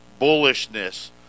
bullishness